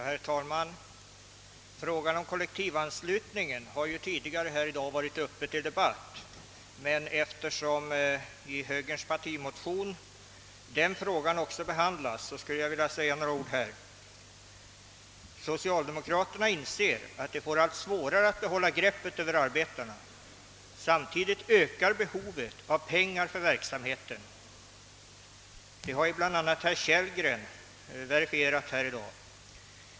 Herr talman! Frågan om kollektivanslutningen har ju varit uppe till debatt tidigare i dag, men eftersom den behandlas också i högerns partimotion skulle jag vilja säga några ord även nu. Socialdemokraterna inser att de får allt svårare att behålla greppet över arbetarna. Samtidigt ökar behovet av pengar för verksamheten — det har bl.a. herr Kellgren verifierat här i dag.